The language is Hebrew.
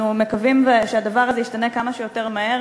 אנחנו מקווים שהדבר הזה ישתנה כמה שיותר מהר,